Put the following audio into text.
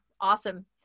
Awesome